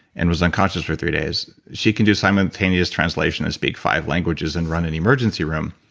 and was unconscious for three days. she could do simultaneous translation and speak five languages, and run an emergency room,